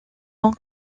ont